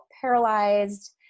paralyzed